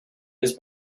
his